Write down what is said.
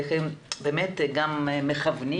ואיך הם באמת גם מכוונים,